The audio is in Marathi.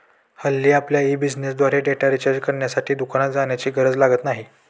हल्ली आपल्यला ई बिझनेसद्वारे डेटा रिचार्ज करण्यासाठी दुकानात जाण्याची गरज लागत नाही